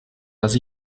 dass